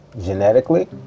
genetically